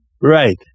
Right